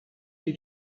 did